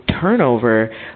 turnover